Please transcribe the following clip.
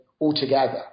altogether